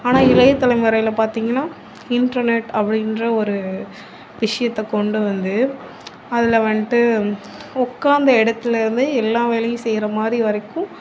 ஆனால் இளையதலைமுறையில் பார்த்திங்கன்னா இன்டர்நெட் அப்படின்ற ஒரு விஷியத்தை கொண்டு வந்து அதில் வந்துட்டு உக்காந்த இடத்துலருந்தே எல்லா வேலையும் செய்யிறமாதிரி வரைக்கும்